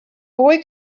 boy